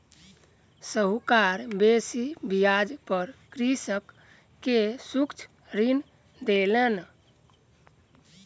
साहूकार बेसी ब्याज पर कृषक के सूक्ष्म ऋण देलैन